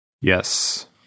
Yes